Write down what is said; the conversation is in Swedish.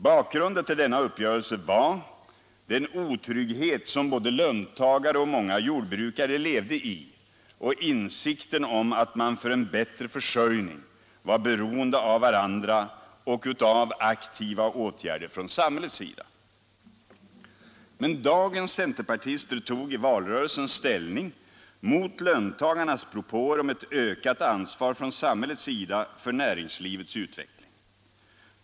Bakgrunden till denna uppgörelse var den otrygghet som både löntagare och många jordbrukare levde i och insikten om att man för en bättre försörjning var beroende av varandra och av aktiva åtgärder från samhällets sida. Men dagens centerpartister tog i valrörelsen ställning mot löntagarnas propåer om ett ökat ansvar från samhällets sida för näringslivets utveckling.